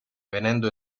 venendo